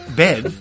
bed